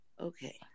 okay